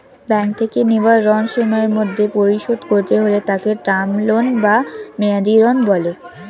bank থেকে নেওয়া ঋণ সময়ের মধ্যে পরিশোধ করতে হলে তাকে টার্ম লোন বা মেয়াদী ঋণ বলে